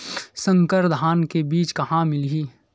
संकर धान के बीज कहां मिलही?